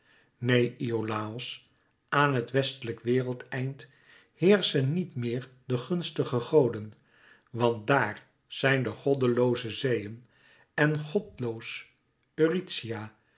neen iolàos aan het westelijk wereldeind heerschen niet meer de gunstige goden want daar zijn de goddelooze zeeën en godloos eurythia